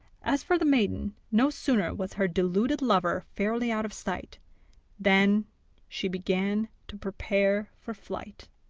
as for the maiden, no sooner was her deluded lover fairly out of sight than she began to prepare for flight.